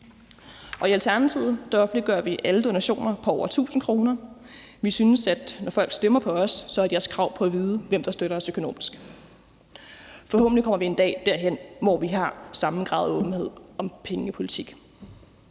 I Alternativet offentliggør vi alle donationer på over 1.000 kr. Vi synes, at når folk stemmer på os, har de også krav på at vide, hvem der støtter os økonomisk. Forhåbentlig kommer vi en dag derhen, hvor vi har samme grad af åbenhed om pengene i politik.